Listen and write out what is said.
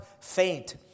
faint